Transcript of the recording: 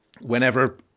whenever